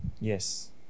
Yes